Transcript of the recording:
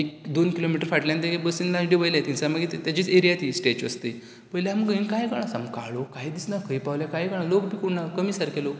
एक दोन किलोमिटर फाटल्यान ते बसीन मागीर देवयलें थिंयसान मागीर तेजीच एरिया ती स्टेचु आसा ती पयलें आमकां थंय कांय कळना सामको काळोख कांय दिसना खंय पावले कांय कळना लोक कोण ना कमी सारके लोक